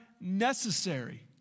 necessary